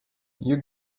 you